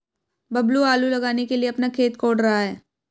बबलू आलू लगाने के लिए अपना खेत कोड़ रहा है